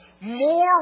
more